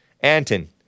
Anton